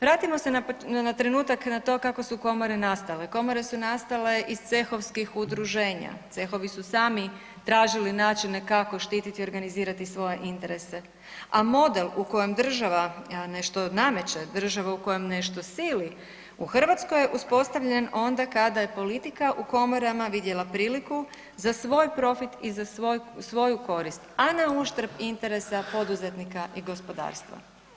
Vratimo se na trenutak na to kako su komore nastale, komore su nastale iz cehovskih udruženja, cehovi su sami tražili načine kako štititi i organizirati svoje interse, a model u kojem država nešto nameće, država u kojom nešto sili u Hrvatskoj je uspostavljen onda kada je politika u komorama vidjela priliku za svoj profit i za svoju korist, a na uštrb interesa poduzetnika i gospodarstva.